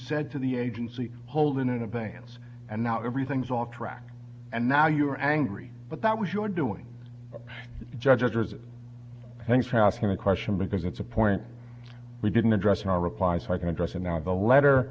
said to the agency hold in advance and now everything's off track and now you're angry but that was your doing judge others thanks for asking the question because it's a point we didn't address in our replies like an address and now the letter